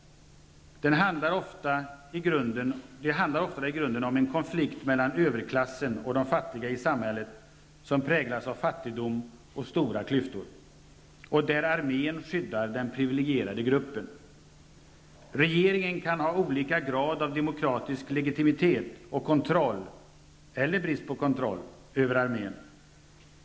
Det handlar ofta i grunden om en konflikt mellan överklassen och de fattiga i samhällen som präglas av fattigdom och stora klyftor, och där armén skyddar den privilegierade gruppen. Regeringen kan ha olika grad av demokratisk legitimitet och kontroll -- eller brist på kontroll -- över armén.